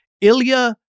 Ilya